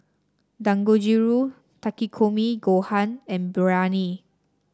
Dangojiru Takikomi Gohan and Biryani